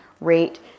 rate